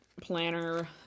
planner